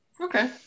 Okay